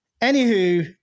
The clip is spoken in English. anywho